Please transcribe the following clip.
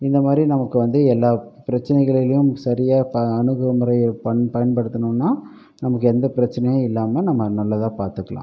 இந்தமாதிரி நமக்கு வந்து எல்லா பிரச்சினைகளிலும் சரியா பா அணுகுமுறையை பன் பயன்படுத்தினோனா நமக்கு எந்த பிரச்சினையும் இல்லாமல் நம்ம நல்லதாக பார்த்துக்கலாம்